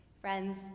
Friends